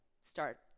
start